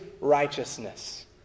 righteousness